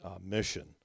mission